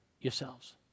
yourselves